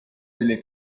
delle